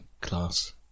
class